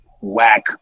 whack